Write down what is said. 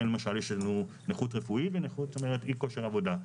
יש לנו נכות רפואית ואי כושר עבודה.